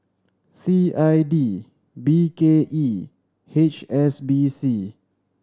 C I D B K E H S B C